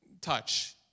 touch